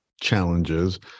challenges